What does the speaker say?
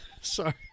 Sorry